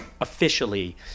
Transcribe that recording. officially